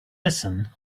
listen